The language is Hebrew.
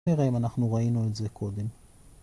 נראה אם אנחנו ראינו את זה קודם